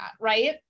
Right